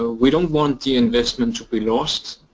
ah we don't want the investment to be lost,